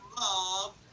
love